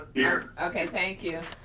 yeah okay, thank you.